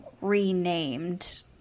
renamed